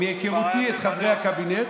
מהיכרותי את חברי הקבינט,